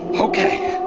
okay.